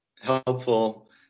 helpful